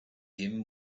him